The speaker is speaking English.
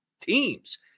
teams